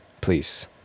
please